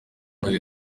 muri